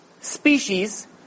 species